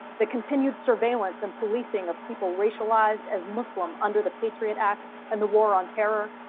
the continued surveillance and policing of people racialized as muslim under the patriot act and the war on terror,